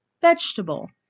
vegetable